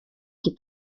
qui